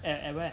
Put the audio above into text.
at where